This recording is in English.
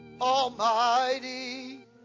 Almighty